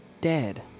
dead